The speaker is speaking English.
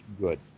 good